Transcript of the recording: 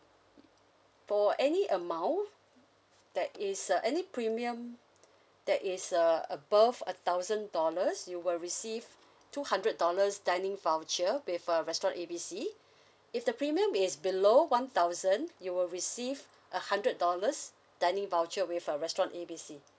mm for any amount that is uh any premium that is uh above a thousand dollars you will receive two hundred dollars dining voucher with uh restaurant A B C if the premium is below one thousand you will receive a hundred dollars dining voucher with uh restaurant A B C